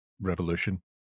revolution